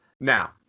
now